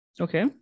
Okay